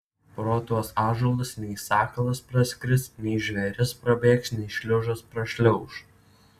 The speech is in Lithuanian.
pro tuos ąžuolus nei sakalas praskris nei žvėris prabėgs nei šliužas prašliauš